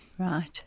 Right